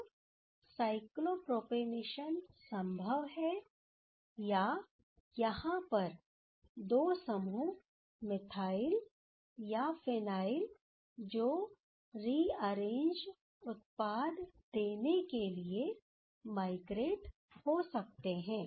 तो साइक्लोप्रोपेनेशन संभव है या यहां पर दो समूह मिथाइल या फिनाइल जो रिअरेंज उत्पाद देने के लिए माइग्रेट हो सकते हैं